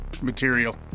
material